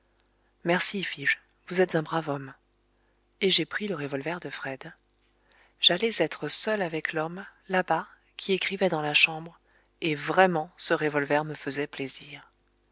fis-je vous êtes un brave homme et j'ai pris le revolver de fred j'allais être seul avec l'homme là-bas qui écrivait dans la chambre et vraiment ce revolver me faisait plaisir